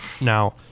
Now